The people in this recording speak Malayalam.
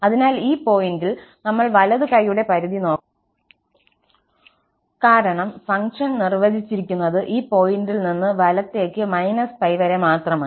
അതിനാൽ ഈ പോയിന്റിൽ നമ്മൾ വലതു കൈയുടെ പരിധി നോക്കും കാരണം ഫംഗ്ഷൻ നിർവ്വചിച്ചിരിക്കുന്നത് ഈ പോയിന്റിൽ നിന്ന് വലത്തേയ്ക്ക് −π വരെ മാത്രമാണ്